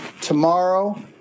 tomorrow